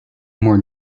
more